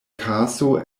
kaso